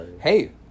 hey